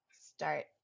start